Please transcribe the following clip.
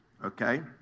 Okay